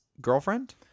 girlfriend